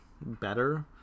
better